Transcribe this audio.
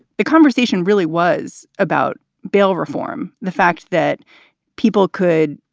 the conversation really was about bail reform, the fact that people could,